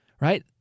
right